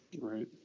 Right